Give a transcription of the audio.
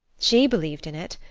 she believed in it.